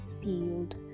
field